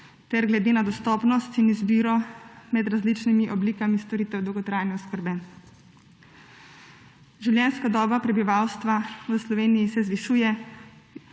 ter glede na dostopnost in izbiro med različnimi oblikami storitev dolgotrajne oskrbe. Življenjska doba prebivalstva v Sloveniji se zvišuje,